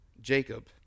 Jacob